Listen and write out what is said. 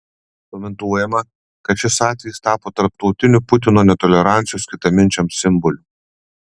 komentuojama kad šis atvejis tapo tarptautiniu putino netolerancijos kitaminčiams simboliu